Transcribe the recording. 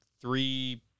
three